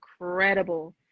incredible